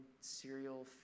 serial